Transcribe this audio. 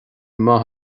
maith